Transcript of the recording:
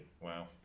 Wow